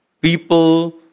people